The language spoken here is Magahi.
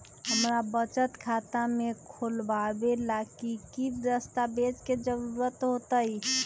हमरा के बचत खाता खोलबाबे ला की की दस्तावेज के जरूरत होतई?